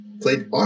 Played